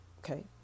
Okay